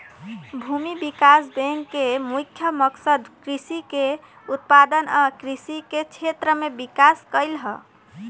भूमि विकास बैंक के मुख्य मकसद कृषि के उत्पादन आ कृषि के क्षेत्र में विकास कइल ह